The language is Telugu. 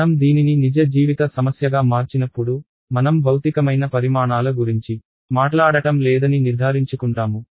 మనం దీనిని నిజ జీవిత సమస్యగా మార్చినప్పుడు మనం భౌతికమైన పరిమాణాల గురించి మాట్లాడటం లేదని నిర్ధారించుకుంటాము